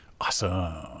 Awesome